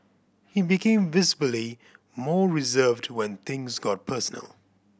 he became visibly more reserved when things got personal